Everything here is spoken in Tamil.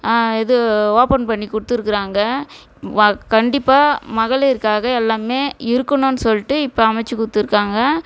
இது ஓப்பன் பண்ணி கொடுத்துருக்குறாங்க வ கண்டிப்பாக மகளிர்க்காக எல்லாமே இருக்கணுன்னு சொல்லிட்டு இப்போ அமைச்சு கொடுத்துருக்காங்க